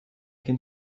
can